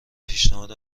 پیشنهاد